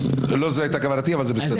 לא זאת הייתה כוונתי אבל זה בסדר.